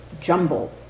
jumble